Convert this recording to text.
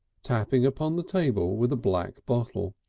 tapping upon the table with a black bottle.